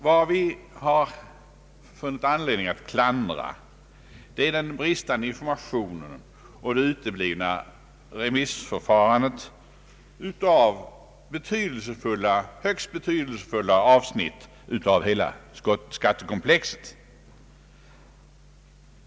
Vad vi har funnit anledning att klandra är den bristande informationen och det uteblivna remissförfarandet i fråga om högst betydelsefulla avsnitt av hela skattekomplexet.